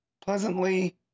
pleasantly